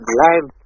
live